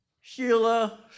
Sheila